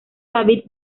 david